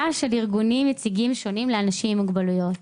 של ארגונים יציגים שונים לאנשים עם מוגבלויות.